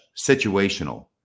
situational